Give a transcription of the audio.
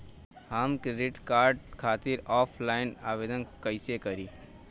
हम credit card खातिर offline आवेदन कइसे करि?